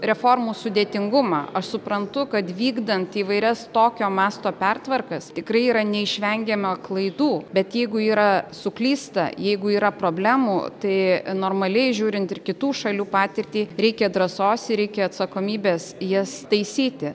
reformų sudėtingumą aš suprantu kad vykdant įvairias tokio masto pertvarkas tikrai yra neišvengiama klaidų bet jeigu yra suklysta jeigu yra problemų tai normaliai žiūrint ir kitų šalių patirtį reikia drąsos ir reikia atsakomybės jas taisyti